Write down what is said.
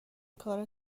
کارا